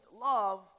love